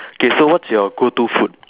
okay so what's your go to food